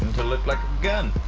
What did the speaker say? like a gun.